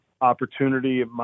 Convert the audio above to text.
opportunity